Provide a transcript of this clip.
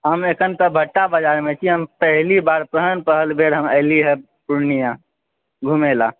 हम एखन तऽ भट्टा बाजारमे छी पहली बार पहिल पहिल बेर हम अइली हँ पूर्णिया घुमै लए